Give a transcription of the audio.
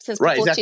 Right